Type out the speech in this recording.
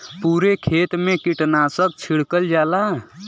पुरे खेत मे कीटनाशक छिड़कल जाला